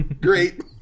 Great